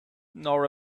nor